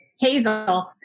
Hazel